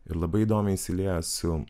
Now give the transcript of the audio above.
ir labai įdomiai įsilieja su